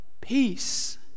peace